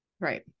right